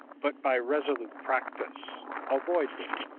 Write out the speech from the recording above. but by resolute practise avoid them.